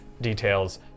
details